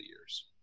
years